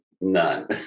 none